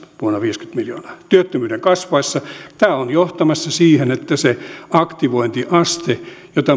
vuonna viisikymmentä miljoonaa työttömyyden kasvaessa tämä on johtamassa siihen että se aktivointiaste jota